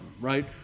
right